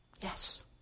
Yes